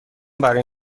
برای